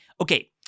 Okay